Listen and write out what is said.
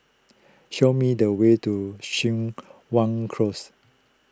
show me the way to Wan Close